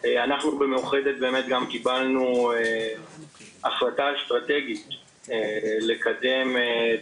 אנחנו במאוחדת גם קיבלנו החלטה אסטרטגית לקדם את